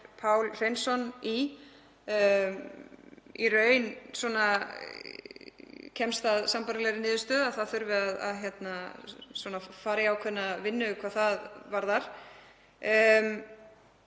Pál Hreinsson í kemst í raun að sambærilegri niðurstöðu, að það þurfi að fara í ákveðna vinnu hvað það varðar.